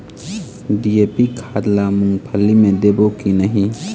DAP खाद ला मुंगफली मे देबो की नहीं?